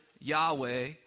Yahweh